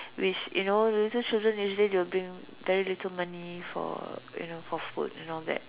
which you know little children usually they'll bring very little money for you know for food and all that